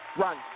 Run